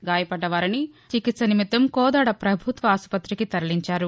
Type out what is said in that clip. గాయపడ్డవారిని చికిత్స నిమిత్తం కోదాడ పభుత్వ ఆస్పతికి తరలించారు